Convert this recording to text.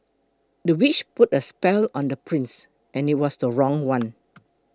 the witch put a spell on the prince and it was the wrong one